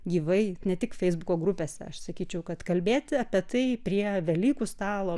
gyvai ne tik feisbuko grupėse aš sakyčiau kad kalbėti apie tai prie velykų stalo